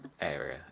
area